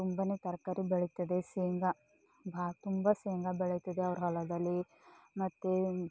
ತುಂಬನೇ ತರಕಾರಿ ಬೆಳೀತದೆ ಶೇಂಗ ಬಹಳ ತುಂಬ ಶೇಂಗ ಬೆಳೀತದೆ ಅವ್ರ ಹೊಲದಲ್ಲಿ ಮತ್ತು